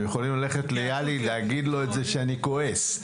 אתם יכולים ללכת ליאלי ולהגיד לו שאני כועס,